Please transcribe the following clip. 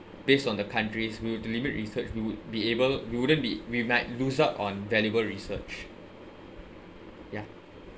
based on the countries we were to limit research we would be able we wouldn't be we might lose out on valuable research ya